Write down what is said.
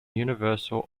universal